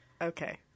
Okay